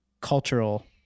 cultural